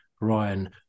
Ryan